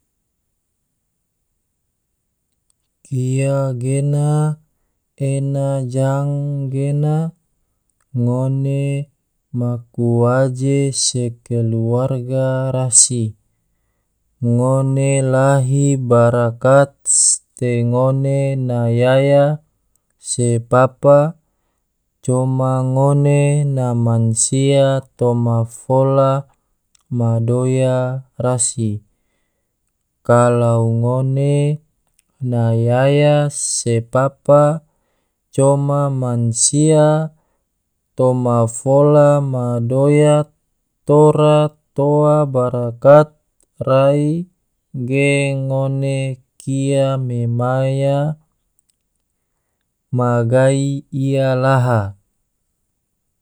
Kia gena ena jang gena ngone maku waje se keluarga rasi, ngone lahi barakat te ngone na yaya se papa, coma ngone na mansia toma fola ma doya rasi, kalau ngone na yaya se papa coma mansia toma fola ma doya tora toa barakat rai ge ngone kia me maya ma gai ia laha.